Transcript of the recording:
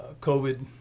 covid